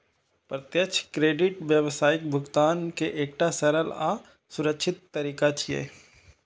प्रत्यक्ष क्रेडिट व्यावसायिक भुगतान के एकटा सरल आ सुरक्षित तरीका छियै